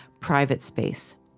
private space.